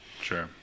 Sure